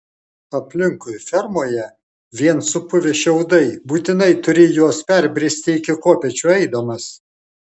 aplinkui fermoje vien supuvę šiaudai būtinai turi juos perbristi iki kopėčių eidamas